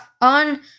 on